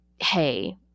hey